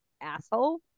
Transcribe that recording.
asshole